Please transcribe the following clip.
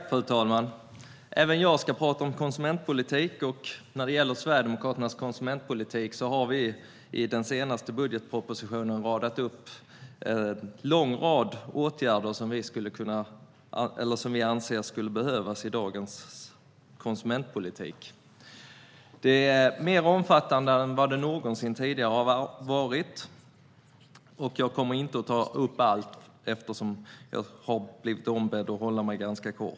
Fru talman! Även jag ska tala om konsumentpolitik. Vi sverigedemokrater har i vår senaste budgetmotion radat upp en lång rad åtgärder som vi anser behöver vidtas i dagens konsumentpolitik. Den är mer omfattande än någonsin tidigare, men jag kommer inte att ta upp allt eftersom jag blivit ombedd att hålla mig ganska kort.